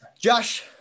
Josh